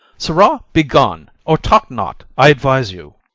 sirrah, be gone, or talk not, i advise you.